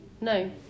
No